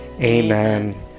amen